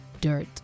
dirt